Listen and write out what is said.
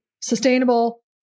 sustainable